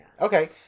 okay